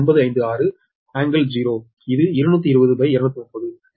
956∟0 இது 220230 சரி